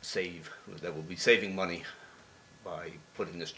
save that will be saving money by putting this